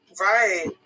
Right